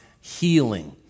healing